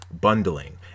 bundling